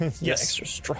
Yes